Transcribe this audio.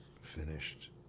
finished